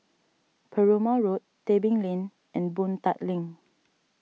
Perumal Road Tebing Lane and Boon Tat Link